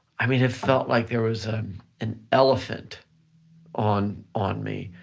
i mean, it felt like there was an elephant on on me.